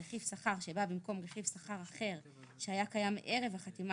רכיב שכר שבא במקום רכיב שכר אחר שהיה קיים ערב החתימה